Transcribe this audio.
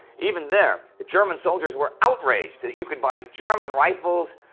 even there, the german soldiers were outraged that you could buy german rifles,